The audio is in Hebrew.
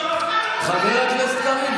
חבר הכנסת קריב,